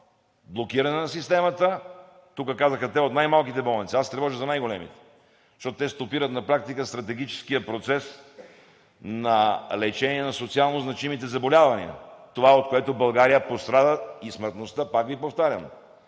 блокиране на системата – тук те казаха „от най-малките болници“, а аз се тревожа за най-големите. Защото те стопират на практика стратегическия процес на лечение на социалнозначимите заболявания – това, от което България пострада, и смъртността, пак Ви повтарям,